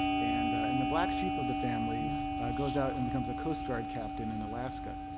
and in the black sheep of the family goes out and becomes a coast guard captain in alaska.